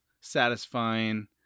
satisfying